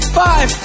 five